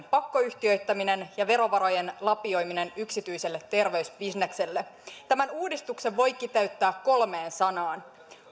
pakkoyhtiöittäminen ja verovarojen lapioiminen yksityiselle terveysbisnekselle tämän uudistuksen voi kiteyttää kolmeen sanaan